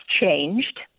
changed